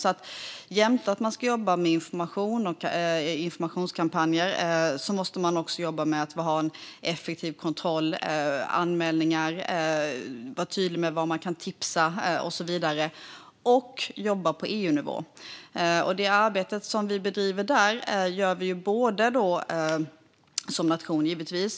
Förutom att jobba med information och informationskampanjer måste vi alltså jobba för att få en effektiv kontroll. Det handlar om anmälningar och om att vara tydlig med var man kan lämna tips och så vidare. Och vi måste jobba på EU-nivå. Det arbete som vi bedriver där gör vi givetvis som nation.